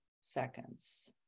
seconds